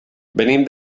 venim